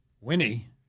Winnie